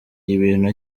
ibintu